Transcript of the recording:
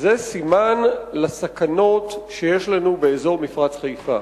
זה קודם כול סימן לסכנות שיש לנו באזור מפרץ חיפה.